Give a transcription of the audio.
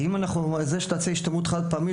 זה שתעשה השתלמות חד פעמית